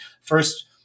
first